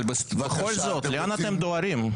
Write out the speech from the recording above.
אבל בכל זאת, לאן אתם דוהרים?